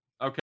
Okay